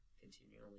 continually